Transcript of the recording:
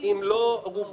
אם לא את הכול.